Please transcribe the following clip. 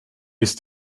ist